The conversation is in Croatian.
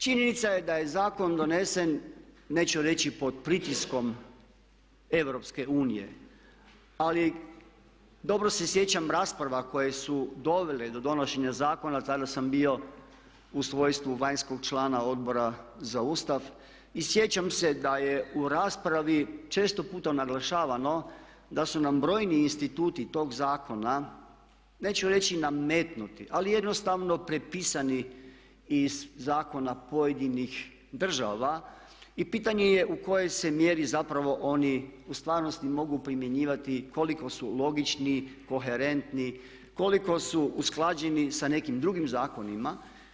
Činjenica je da je zakon donesen neću reći pod pritiskom EU ali dobro se sjećam rasprava koje su dovele do donošenja zakona, tada sam bio u svojstvu vanjskog člana Odbora za Ustav, i sjećam se da je u raspravi često puta naglašavano da su nam brojni instituti tog zakona neću reći nametnuti ali jednostavno prepisani iz zakona pojedinih država i pitanje je u kojoj se mjeri zapravo oni u stvarnosti mogu primjenjivati, koliko su logični, koherentni, koliko su usklađeni sa nekim drugim zakonima.